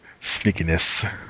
sneakiness